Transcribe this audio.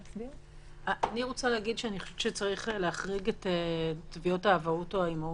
אני חושבת שצריך להחריג את תביעות האבהות או האימהות.